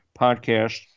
Podcast